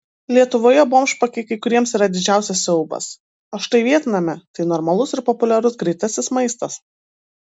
lietuvoje bomžpakiai kai kuriems yra didžiausias siaubas o štai vietname tai normalus ir populiarus greitasis maistas